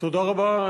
תודה רבה,